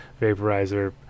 vaporizer